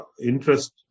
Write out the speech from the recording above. interest